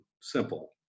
simple